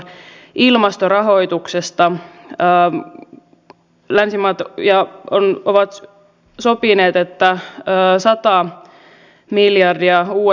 suomessa on työttöminä aktiivisia ihmisiä jotka odottavat että voisivat vastaanottaa työtä